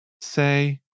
say